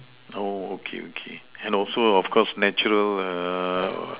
oh okay okay and also of course natural err